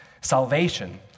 salvation